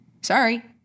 sorry